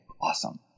awesome